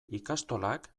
ikastolak